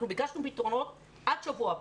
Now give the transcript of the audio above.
אנחנו ביקשנו פתרונות עד שבוע הבא,